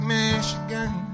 Michigan